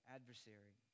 adversary